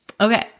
okay